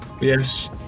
Yes